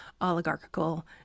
oligarchical